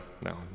no